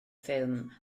ffilm